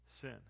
sin